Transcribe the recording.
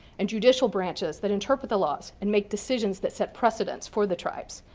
and judicial branches that interpret the laws and make decisions that set precedence for the tribes.